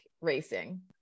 racing